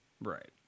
right